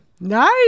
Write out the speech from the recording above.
nice